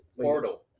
Portal